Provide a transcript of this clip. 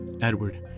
Edward